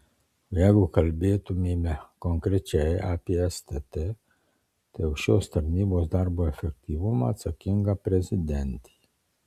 o jeigu kalbėtumėme konkrečiai apie stt tai už šios tarnybos darbo efektyvumą atsakinga prezidentė